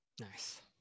Nice